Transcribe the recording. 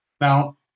Now